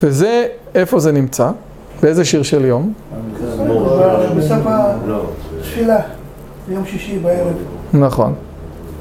וזה, איפה זה נמצא, באיזה שיר של יום? בסוף התפילה, יום שישי בערב. נכון.